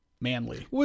manly